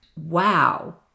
Wow